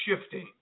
shifting